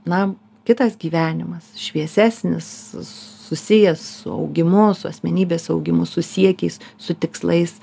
na kitas gyvenimas šviesesnis susijęs su augimu su asmenybės augimu su siekiais su tikslais